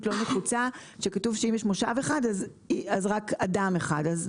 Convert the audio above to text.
לא נחוצה שכתוב שאם יש מושב אחד אז רק אדם אחד.